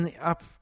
up